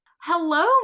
hello